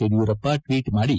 Yediyurappa tweet ಮಾಡಿ